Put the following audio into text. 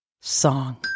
song